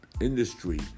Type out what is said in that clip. industry